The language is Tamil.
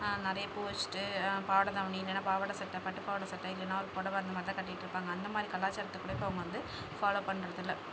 நிறைய பூ வெச்சுட்டு பாவாடை தாவணி இல்லைனா பாவாடை சட்டை பட்டு பாவாடை சட்டை இல்லைனா ஒரு புடவ அந்த மாதிரிதான் கட்டிட்டு இருப்பாங்க அந்த மாதிரி கலாச்சாரத்தை கூட இப்போ அவங்க வந்து ஃபாலோ பண்ணுறதில்ல